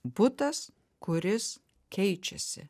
butas kuris keičiasi